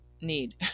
need